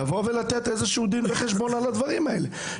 צריך לתת דין וחשבון על הדברים האלה.